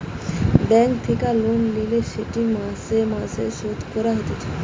bank থেকে loan লিলে সেটিকে মাসে মাসে শোধ করতে হতিছে